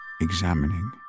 examining